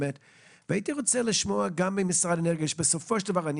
הייתי רוצה לשמוע גם ממשרד האנרגיה שבסופו של דבר,